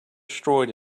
destroyed